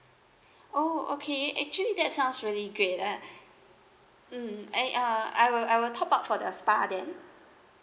oh okay actually that sounds really great ah mm I uh I will I will top up for the spa then